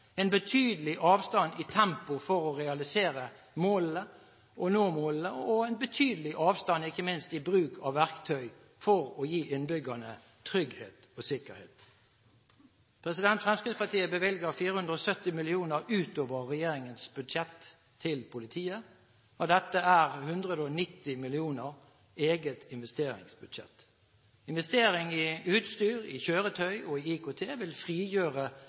en betydelig avstand i tempoet for å realisere og nå målene og en betydelig avstand ikke minst i bruken av verktøy for å gi innbyggerne trygghet og sikkerhet. Fremskrittspartiet bevilger 470 mill. kr utover regjeringens budsjett til politiet. Av dette er 190 mill. kr eget investeringsbudsjett. Investeringer i utstyr, i kjøretøy og i IKT vil frigjøre